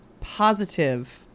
positive